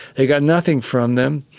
they got nothing from them,